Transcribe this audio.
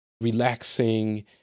relaxing